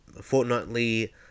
fortnightly